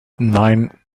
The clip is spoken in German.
nein